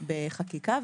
בחקיקה.